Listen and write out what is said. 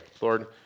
Lord